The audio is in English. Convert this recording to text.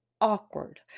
awkward